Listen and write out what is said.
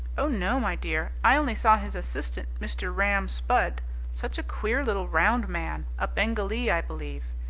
oh no, my dear. i only saw his assistant mr. ram spudd such a queer little round man, a bengalee, i believe.